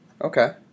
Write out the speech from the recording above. Okay